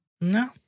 No